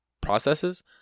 processes